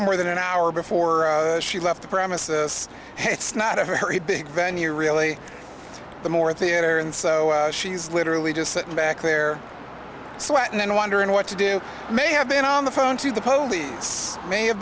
more than an hour before she left the premises and it's not a very big venue really the more theater and so she's literally just sitting back there sweating and wondering what to do may have been on the phone to the polies may have